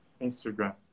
Instagram